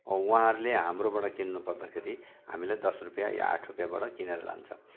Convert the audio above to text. उहाँहरूले हाम्रोबाट किन्नुपर्दाखेरि हामीले दस रुपियाँ या आठ रुपियाँबाट किनेर लान्छ